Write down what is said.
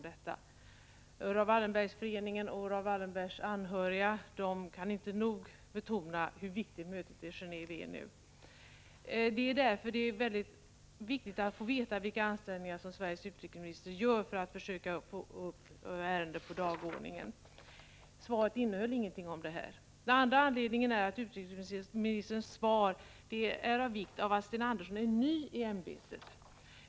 Raoul Wallenberg-föreningen och Raoul Wallenbergs anhöriga kan inte nog betona hur viktigt mötet i Genéve är. Det är därför angeläget att få veta vilka ansträngningar Sveriges utrikesminister gör för att försöka få upp ärendet på dagordningen. Svaret innehöll ingenting om detta. Den andra anledningen till att utrikesministerns svar är av särskilt intresse är att Sten Andersson är ny i ämbetet.